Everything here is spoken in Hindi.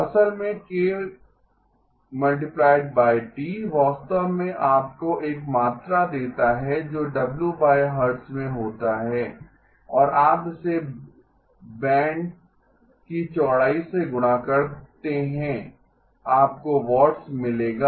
असल में k × T वास्तव में आपको एक मात्रा देता है जो WHz में होता है और आप इसे बैंड की चौड़ाई से गुणा करते हैं आपको वाट्स मिलेगा